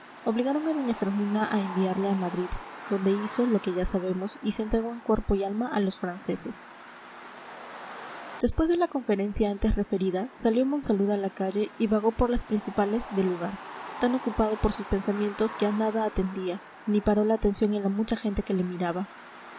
obligaron a doña fermina a enviarle a madrid donde hizo lo que ya sabemos y se entregó en cuerpo y alma a los franceses después de la conferencia antes referida salió monsalud a la calle y vagó por las principales del lugar tan ocupado por sus pensamientos que a nada atendía ni paró la atención en la mucha gente que le miraba